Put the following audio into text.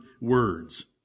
words